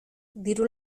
diru